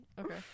okay